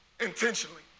intentionally